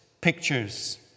pictures